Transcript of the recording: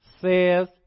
says